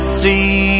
see